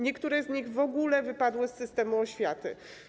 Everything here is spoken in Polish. Niektóre z nich w ogóle wypadły z systemu oświaty.